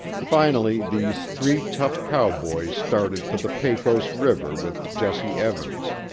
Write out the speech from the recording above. finally these three tough cowboys started for the pecos river with jesse evans.